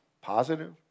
Positive